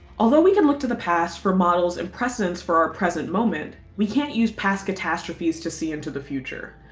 although we can look to the past for models and precedents for our present moment, we can't use past catastrophes to see and the future.